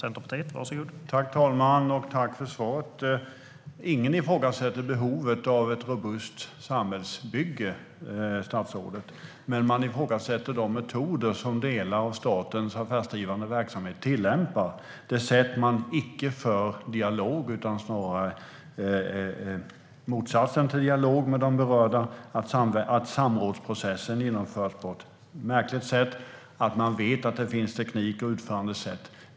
Herr talman! Tack för svaret! Ingen ifrågasätter behovet av ett robust samhällsbygge, statsrådet. Men man ifrågasätter de metoder som delar av statens affärsdrivande verksamhet tillämpar och det sätt på vilket man icke för dialog, snarare motsatsen till dialog med de berörda. Samrådsprocessen genomförs på ett märkligt sätt. Man vet att det finns teknik och utförandesätt.